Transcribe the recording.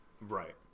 right